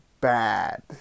bad